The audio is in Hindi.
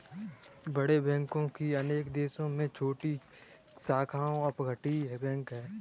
बड़े बैंक की अनेक देशों में छोटी शाखाओं अपतटीय बैंक है